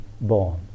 born